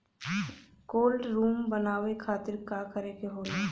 Cold room बनावे खातिर का करे के होला?